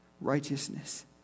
righteousness